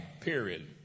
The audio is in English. period